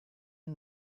and